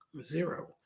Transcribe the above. Zero